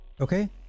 okay